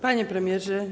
Panie Premierze!